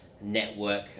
network